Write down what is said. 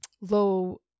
low